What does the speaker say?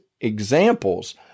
examples